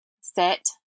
sit